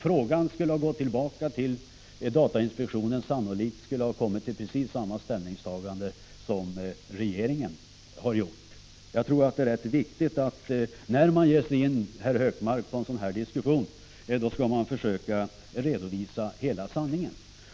Men om ärendet hade gått tillbaka till datainspektionen hade man där sannolikt kommit fram till precis samma ställningstagande som regeringen. När man ger sig in på en sådan här diskussion tror jag, herr Hökmark, att det är viktigt att man redovisar hela sanningen.